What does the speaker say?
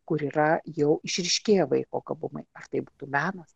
kur yra jau išryškėję vaiko gabumai ar tai būtų menas